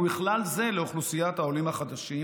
ובכלל זה לאוכלוסיית העולים החדשים,